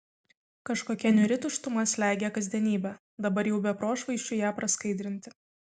kažkokia niūri tuštuma slegia kasdienybę dabar jau be prošvaisčių ją praskaidrinti